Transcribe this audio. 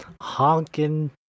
honking